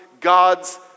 God's